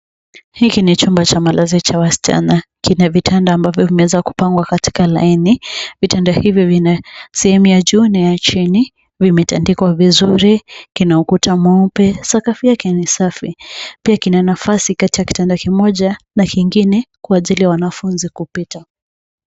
Hiki ni chumba cha malazi cha wasichana. Kina vitanda ambavyo vimeweza kupangwa katika laini, vitanda hivyo vina sehemu ya juu na ya chini. Vimetandikwa vizuri, kina ukuta mweupe, sakafu yake ni safi. Pia kina nafasi katika kitanda kimoja na kingine kwa ajili ya wanafunzi kupita.